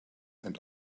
and